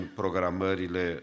programările